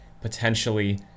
Potentially